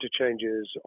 interchanges